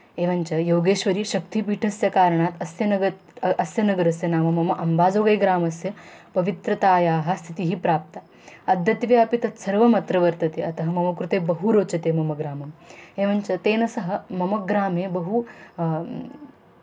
एवञ्च योगेश्वरीशक्तिपीठस्य कारणात् अस्य नगत् अस्य नगरस्य नाम मम अम्बासोगै ग्रामस्य पवित्रतायाः स्थितिः प्राप्ता अद्यत्वे अपि तत्सर्वमत्र वर्तते अतः मम कृते बहु रोचते मम ग्रामः एवञ्च तेन सह मम ग्रामे बहु